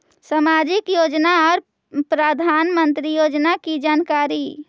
समाजिक योजना और प्रधानमंत्री योजना की जानकारी?